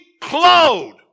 clothed